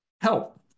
help